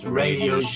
radio